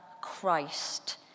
Christ